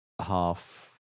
half